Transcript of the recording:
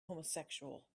homosexual